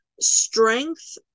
Strength